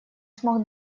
смог